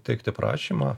teikti prašymą